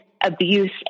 abuse